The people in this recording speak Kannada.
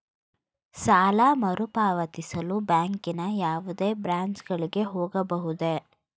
ಸಾಲ ಮರುಪಾವತಿಸಲು ಬ್ಯಾಂಕಿನ ಯಾವುದೇ ಬ್ರಾಂಚ್ ಗಳಿಗೆ ಹೋಗಬಹುದೇ?